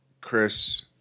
Chris